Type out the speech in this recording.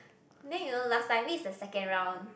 then you know last time this is the second round